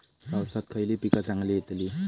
पावसात खयली पीका चांगली येतली?